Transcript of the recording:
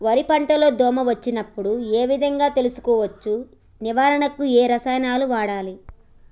వరి పంట లో దోమ వచ్చినప్పుడు ఏ విధంగా తెలుసుకోవచ్చు? నివారించడానికి ఏ రసాయనాలు వాడాలి?